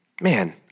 man